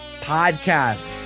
podcast